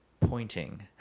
pointing